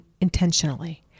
intentionally